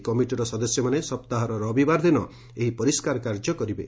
ଏହି କମିଟିର ସଦସ୍ୟମାନେ ସପ୍ତାହର ରବିବାର ଦିନ ଏହି ପରିଷାର କାର୍ଯ୍ୟ କରିବେ